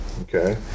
Okay